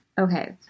Okay